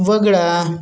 वगळा